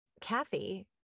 Kathy